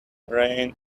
rained